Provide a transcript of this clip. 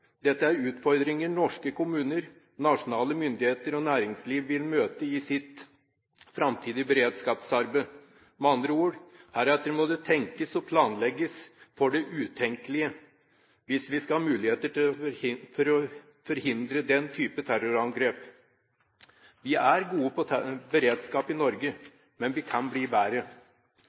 Dette er utfordringer norske kommuner, nasjonale myndigheter og næringsliv vil møte i sitt framtidige beredskapsarbeid. Med andre ord: Heretter må det tenkes og planlegges for det utenkelige hvis vi skal ha muligheter til å forhindre den type terrorangrep. Vi er gode på beredskap i Norge, men vi kan bli bedre.